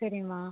சரிமா